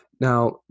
Now